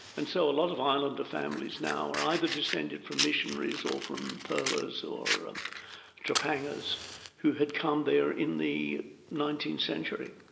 and so a lot of islander families now are either descended from missionaries or from pearlers or um trepanners who had come there in the nineteenth century.